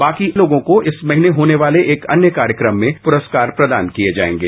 बाकी लोगों को इस महीने होने वाले कार्यक्रम में पुरस्कार प्रदान किए जाएंगे